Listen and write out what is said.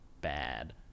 bad